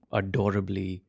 adorably